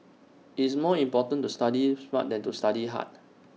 IT is more important to study smart than to study hard